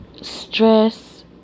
Stress